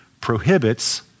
prohibits